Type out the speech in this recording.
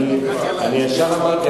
אני ישר אמרתי.